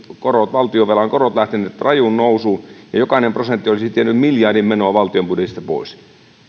valtionvelan korot lähteneet rajuun nousuun ja jokainen prosentti olisi tiennyt miljardin menoa valtion budjetista pois